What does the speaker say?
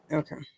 okay